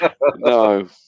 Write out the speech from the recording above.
No